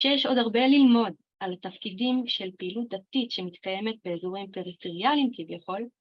שיש עוד הרבה ללמוד על תפקידים של פעילות דתית שמתקיימת באזורים פריפריאליים כביכול